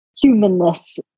humanness